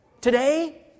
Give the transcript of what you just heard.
today